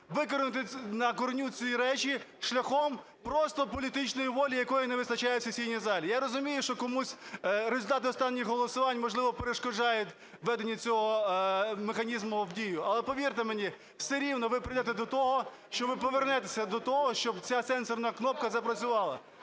викинути на кореню ці речі шляхом просто політичної волі, якої не вистачає в сесійній залі. Я розумію, що комусь результати останніх голосувань можливо перешкоджають введення цього механізму в дію, але, повірте мені, все рівно ви прийдете до того, що ви повернетеся до того, щоб ця сенсорна кнопка запрацювала.